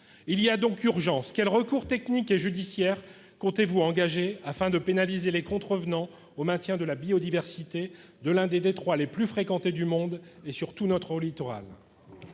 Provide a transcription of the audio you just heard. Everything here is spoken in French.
Il y a urgence ! Quels recours techniques et judiciaires comptez-vous engager afin de pénaliser les contrevenants au maintien de la biodiversité de l'un des détroits les plus fréquentés du monde et de notre littoral ?